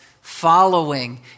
following